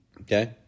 Okay